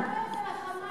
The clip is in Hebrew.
למה את לא מדברת על ה"חמאס"?